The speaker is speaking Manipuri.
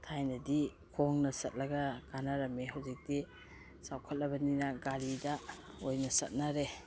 ꯊꯥꯏꯅꯗꯤ ꯈꯣꯡꯅ ꯆꯠꯂꯒ ꯀꯥꯅꯔꯝꯏ ꯍꯧꯖꯤꯛꯇꯤ ꯆꯥꯎꯈꯠꯂꯕꯅꯤꯅ ꯒꯥꯔꯤꯗ ꯑꯣꯏꯅ ꯆꯠꯅꯔꯦ